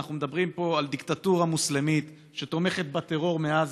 אנחנו מדברים פה על דיקטטורה מוסלמית שתומכת בטרור מעזה.